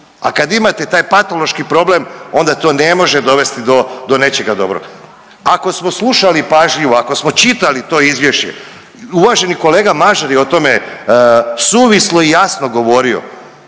a kad imate taj patološki problem onda to ne može dovesti do, do nečega dobroga. Ako smo slušali pažljivo, ako smo čitali to izvješće, uvaženi kolega Mažar je o tome suvislo i jasno govorio,